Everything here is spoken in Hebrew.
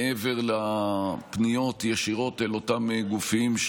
מעבר לפניות ישירות אל אותם גופים,